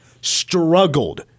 struggled